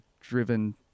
driven